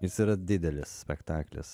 jis yra didelis spektaklis